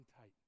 tight